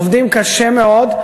עובדים קשה מאוד,